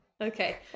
okay